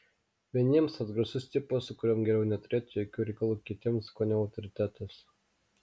vieniems atgrasus tipas su kuriuo geriau neturėti jokių reikalų kitiems kone autoritetas